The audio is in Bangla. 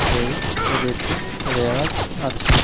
সেই রীতি রেওয়াজ আছে